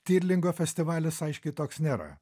stirlingo festivalis aiškiai toks nėra